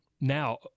now